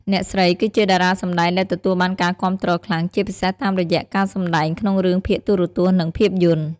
អ្នកស្រីគឺជាតារាសម្តែងដែលទទួលបានការគាំទ្រខ្លាំង ជាពិសេសតាមរយៈការសម្តែងក្នុងរឿងភាគទូរទស្សន៍ និងភាពយន្ត។